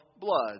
blood